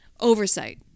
oversight